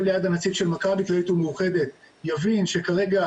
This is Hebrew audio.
ליד הנציג של מכבי כללית ומאוחדת יבין שכרגע,